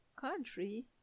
country